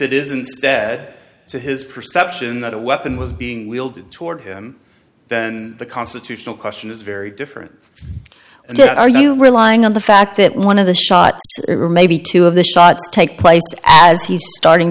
it isn't sped to his perception that a weapon was being wheeled toward him then the constitutional question is very different and so are you relying on the fact that one of the shots maybe two of the shots take place as he's starting